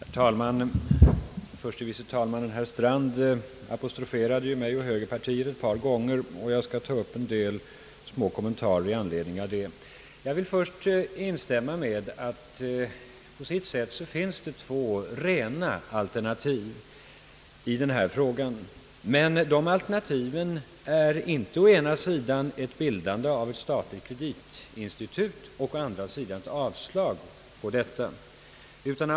Herr talman! Herr förste vice talman Strand apostroferade mig och högerpartiet ett par gånger, och jag skall göra några små kommentarer i anledning därav. Jag vill först instämma i att det på sitt sätt finns två rena alternativ i den här frågan, men de alternativen är inte å ena sidan bildandet av ett statligt kreditinstitut och å andra sidan avslag på förslaget om ett sådant institut.